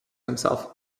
himself